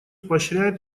поощряет